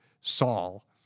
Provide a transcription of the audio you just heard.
Saul